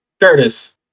Curtis